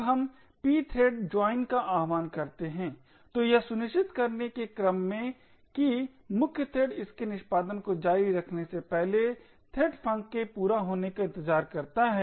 अब हम pthread join का आह्वान करते हैं तो यह सुनिश्चित करने के क्रम में कि मुख्य थ्रेड इसके निष्पादन को जारी रखने से पहले threadfunc के पूरा होने का इंतजार करता है